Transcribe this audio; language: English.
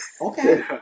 Okay